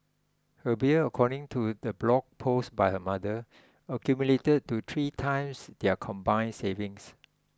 her bills according to the blog post by her mother accumulated to three times their combined savings